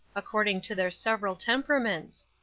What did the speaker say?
according to their several temperaments?